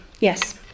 Yes